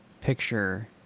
picture